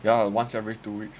yeah once every two weeks man